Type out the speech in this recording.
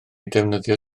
defnyddio